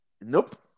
Nope